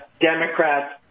Democrats